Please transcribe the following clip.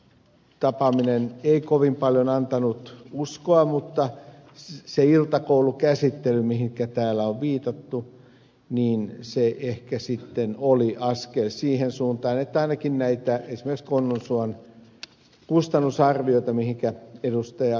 tapaaminen ei kovin paljon antanut uskoa mutta iltakoulukäsittely mihinkä täällä on viitattu ehkä sitten oli askel siihen suuntaan että ainakin esimerkiksi konnunsuon kustannusarvioita joihinka ed